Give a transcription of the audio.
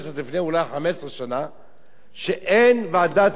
אולי לפני 15 שנה,